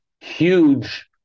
huge